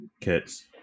kits